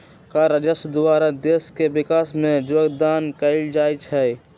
कर राजस्व द्वारा देश के विकास में जोगदान कएल जाइ छइ